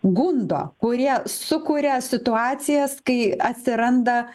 gundo kurie sukuria situacijas kai atsiranda